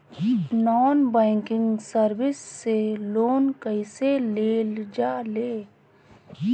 Non banking service से loan कैसे लेल जा ले?